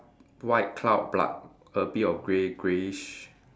white cloud but a bit of grey greyish